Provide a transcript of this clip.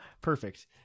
Perfect